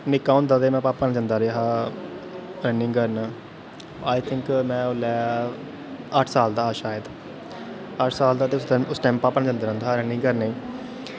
निक्का होंदा हा ते में पापै नै जंदा हा रनिंग करन हां आई थिंक में उसलै अट्ठ साल दा हा शायद अट्ठ साल दा उस टैम पापा कन्नै जंदा रेहा रनिंग करन